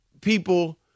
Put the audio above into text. people